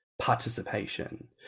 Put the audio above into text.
participation